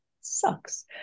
sucks